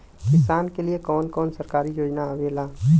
किसान के लिए कवन कवन सरकारी योजना आवेला?